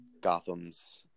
Gotham's